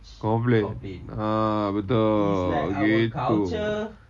complain ah betul gitu